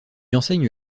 enseigne